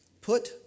Put